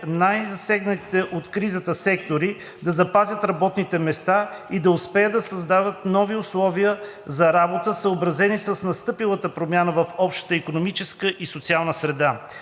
най-засегнатите от кризата сектори да запазят работните места и да успеят да създадат нови условия за работа, съобразени с настъпилата промяна в общата икономическа и социална среда.